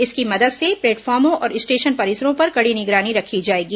इसकी मदद से प्लेटफॉर्मो और स्टेशन परिसरों पर कड़ी निगरानी रखी जाएगी